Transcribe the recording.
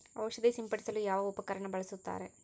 ಔಷಧಿ ಸಿಂಪಡಿಸಲು ಯಾವ ಉಪಕರಣ ಬಳಸುತ್ತಾರೆ?